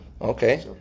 Okay